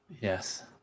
Yes